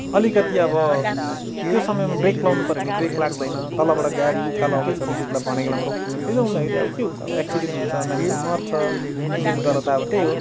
अलिकति अब त्यस समयमा ब्रेक लगाउनु पऱ्यो भने ब्रेक लाग्दैन तलबाट गाडी उकालो आउँदैछ भने त्यति बेला भनेको बेलामा रोकिँदैन त्यसो हुँदाखेरि अब के हुन्छ एक्सिडेन्ट हुन्छ मान्छे मर्छ विशेष गरेर त अब त्यही हो